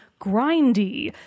grindy